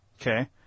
Okay